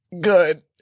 Good